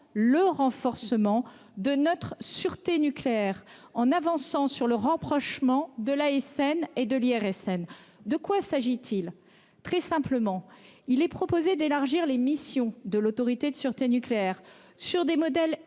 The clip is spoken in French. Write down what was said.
le renforcement ! -de notre sûreté nucléaire en avançant sur le rapprochement de l'ASN et de l'IRSN. De quoi s'agit-il ? Très simplement, il est proposé d'élargir les missions de l'Autorité de sûreté nucléaire, en s'inspirant des modèles